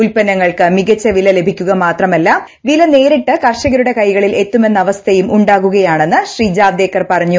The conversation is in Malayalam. ഉൽപ്പന്നങ്ങൾക്ക് മികച്ച വില ലഭിക്കുക മാത്രമല്ല വില നേരിട്ട് കർഷകരുടെ കൈകളിൽ എത്തുമെന്ന അവസ്ഥയും ഉണ്ടാകുകയാണെന്ന് ജാവ്ദേക്കർ പറഞ്ഞു